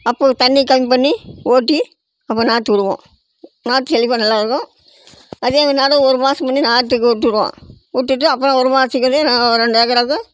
அப்போது தண்ணி கம்மி பண்ணி ஓட்டி நம்ம நாற்று விடுவோம் நாற்று செழிப்பாக நல்லா இருக்கும் அதே முன்னால ஒரு மாசத்துக்கு முன்ன நாற்றுக்கு விட்ருவோம் விட்டுட்டு அப்புறம் ஒரு மாசத்துக்குள்ளேயே நான் ரெண்டு ஏக்கராவுக்கு